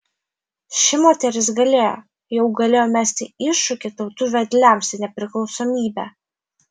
ši moteris galėjo jau galėjo mesti iššūkį tautų vedliams į nepriklausomybę